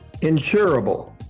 insurable